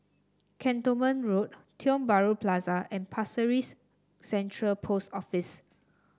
Cantonment Road Tiong Bahru Plaza and Pasir Ris Central Post Office